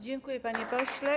Dziękuję, panie pośle.